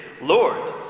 Lord